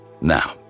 Now